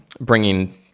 bringing